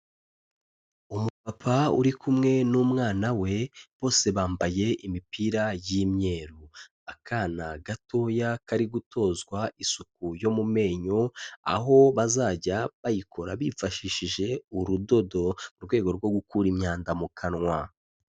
Umupapa uri kumwe n'umwana we bose bambaye imipira y'imyeru, akana gatoya kari gutozwa isuku yo mu menyo, aho bazajya bayikora bifashishije urudodo mu rwego rwo gukura imyanda mu kanwa.